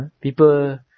people